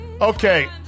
Okay